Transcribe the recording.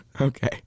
Okay